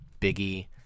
Biggie